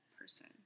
person